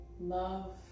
Love